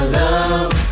love